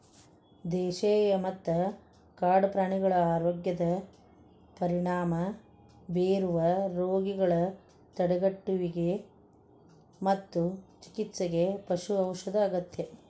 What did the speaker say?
ದೇಶೇಯ ಮತ್ತ ಕಾಡು ಪ್ರಾಣಿಗಳ ಆರೋಗ್ಯದ ಪರಿಣಾಮ ಬೇರುವ ರೋಗಗಳ ತಡೆಗಟ್ಟುವಿಗೆ ಮತ್ತು ಚಿಕಿತ್ಸೆಗೆ ಪಶು ಔಷಧ ಅಗತ್ಯ